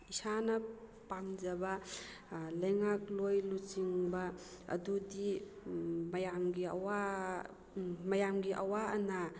ꯏꯁꯥꯅ ꯄꯥꯝꯖꯕ ꯂꯩꯉꯥꯛꯂꯣꯏ ꯂꯨꯆꯤꯡꯕ ꯑꯗꯨꯗꯤ ꯃꯌꯥꯝꯒꯤ ꯑꯋꯥ ꯃꯌꯥꯝꯒꯤ ꯑꯋꯥ ꯑꯅꯥ